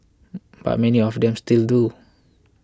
but many of them still do